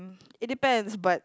it depends but